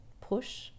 push